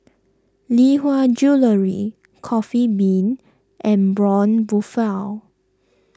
Lee Hwa Jewellery Coffee Bean and Braun Buffel